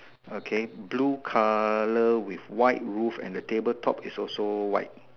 okay blue colour with white roof and the table top is also white